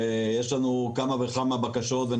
ויש לנו כמה וכמה בקשות לשינויים ועדכונים,